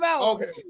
Okay